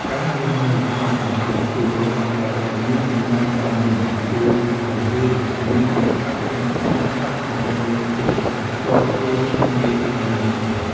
ការរស់នៅក្នុងបន្ទប់ជួលដែលមានតម្លៃសមរម្យ ជួយឱ្យយើងមានឱកាសសន្សំប្រាក់ដើម្បីទិញផ្ទះផ្ទាល់ខ្លួននៅថ្ងៃមុខ។